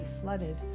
flooded